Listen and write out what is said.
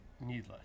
needless